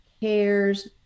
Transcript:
cares